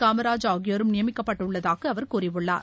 காமராஜ் ஆகியோரும் நியமிக்கப்பட்டுள்ளதாக அவர் கூறியுள்ளார்